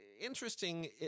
interesting